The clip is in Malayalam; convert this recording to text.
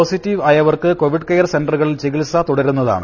പോസിറ്റീവ് ആയവർക്ക് കോവിഡ് കെയർ സെന്ററുകളിൽ ചികിത്സ തുടരുന്നതാണ്